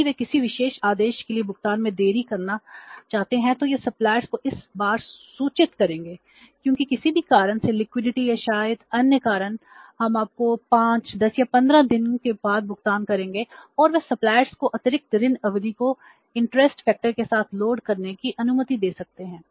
यदि वे किसी विशेष आदेश के लिए भुगतान में देरी करना चाहते हैं तो वे सप्लायर्स के साथ लोड करने की अनुमति दे सकते हैं